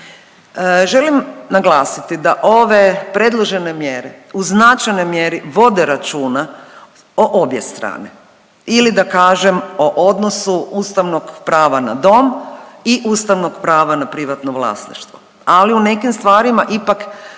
Želim naglasiti da ove predložene mjere u značajnoj mjeri vode računa o obje strane ili da kažem o odnosu ustavnog prava na dom i ustavnog prava na privatno vlasništvo. Ali u nekim stvarima ipak rekla